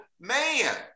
man